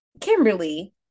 Kimberly